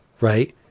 right